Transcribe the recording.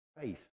faith